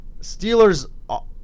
Steelers